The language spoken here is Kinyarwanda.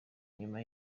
nyuma